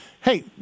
Hey